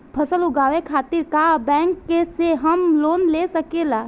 फसल उगावे खतिर का बैंक से हम लोन ले सकीला?